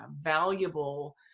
valuable